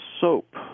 soap